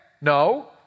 No